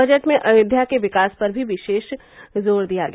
budget में अयोध्या के विकास पर भी विशेष जोर दिया गया